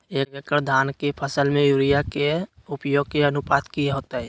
एक एकड़ धान के फसल में यूरिया के उपयोग के अनुपात की होतय?